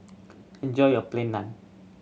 enjoy your Plain Naan